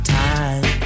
time